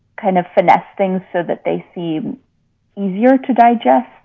kind of finessed things so that they seem easier to digest.